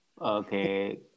Okay